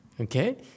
Okay